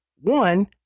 one